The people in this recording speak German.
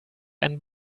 ein